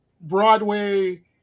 Broadway